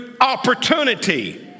opportunity